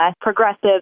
progressive